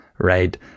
right